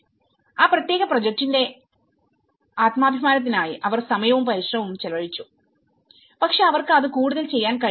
ആ പ്രത്യേക പ്രോജക്റ്റിന്റെ project ആത്മാഭിമാനത്തിനായി അവർ സമയവും പരിശ്രമവും ചെലവഴിച്ചു പക്ഷേ അവർക്ക് അത് കൂടുതൽ ചെയ്യാൻ കഴിഞ്ഞില്ല